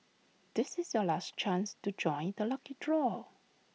this is your last chance to join the lucky draw